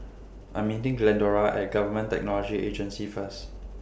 I'm meeting Glendora At Government Technology Agency First